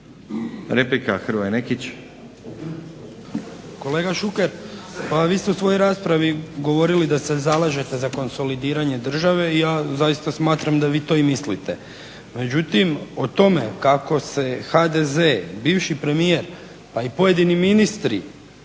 Replika Hrvoje Nekić.